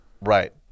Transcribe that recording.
Right